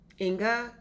Inga